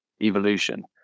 evolution